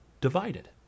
divided